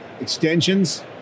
Extensions